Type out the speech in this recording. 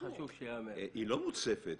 היא לא מוצפת,